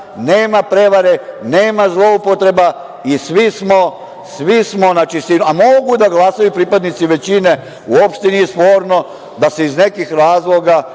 nema prevare, nema zloupotreba i svi smo na čistinu. A, mogu da glasaju pripadnici većine, uopšte nije sporno, da se iz nekih razloga